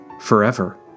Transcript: forever